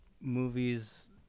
movies